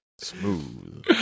Smooth